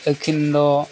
ᱟᱹᱠᱤᱱ ᱫᱚ